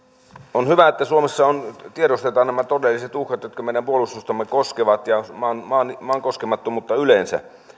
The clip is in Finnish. on hyvä että suomessa tiedostetaan nämä todelliset uhkat jotka meidän puolustustamme koskevat ja maan maan koskemattomuutta yleensä